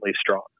strong